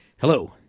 Hello